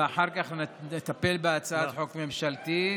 ואחר כך נטפל בהצעת חוק ממשלתית.